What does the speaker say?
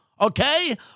okay